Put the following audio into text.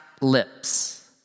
lips